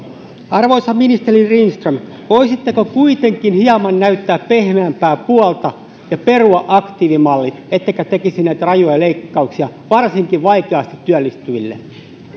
arvoisa ministeri lindström voisitteko kuitenkin hieman näyttää pehmeämpää puolta ja perua aktiivimallit ettekä tekisi näitä rajuja leikkauksia varsinkaan vaikeasti työllistyville